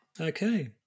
Okay